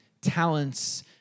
talents